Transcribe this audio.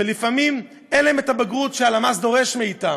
שלפעמים אין להם הבגרות שהלמ"ס דורשת מהם,